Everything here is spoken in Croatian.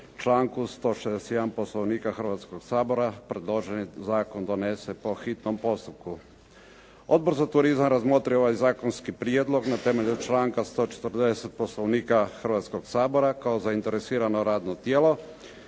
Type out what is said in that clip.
članku 161. Poslovnika Hrvatskog sabora predloženi zakon donese po hitnom postupku. Odbor za turizam razmotrio je ovaj zakonski prijedlog na temelju članka 140. Poslovnika Hrvatskog sabora kao zainteresirano radno tijelo,